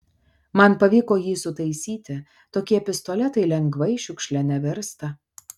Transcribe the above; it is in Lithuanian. man pavyko jį sutaisyti tokie pistoletai lengvai šiukšle nevirsta